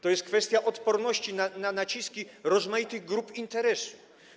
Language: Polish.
To jest kwestia odporności na naciski rozmaitych grup interesów.